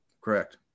Correct